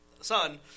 son